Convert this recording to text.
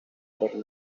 but